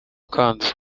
kanzu